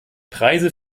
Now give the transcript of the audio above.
preise